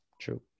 true